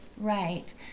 Right